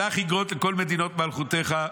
"שלח אגרות לכל מדינות מלכותיך,